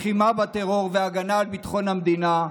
לחימה בטרור והגנה על ביטחון המדינה,